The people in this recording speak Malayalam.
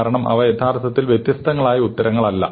കാരണം അവ യഥാർത്ഥത്തിൽ വ്യത്യസ്തമായ ഉത്തരങ്ങളല്ല